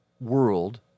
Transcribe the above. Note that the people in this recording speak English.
world